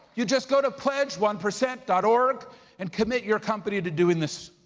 you just go to pledgeonepercent dot org and commit your company into doing this.